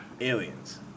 Aliens